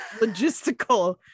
logistical